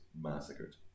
massacred